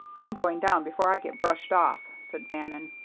i'm going down before i get brushed off, said bannon.